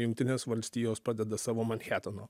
jungtinės valstijos pradeda savo manhateno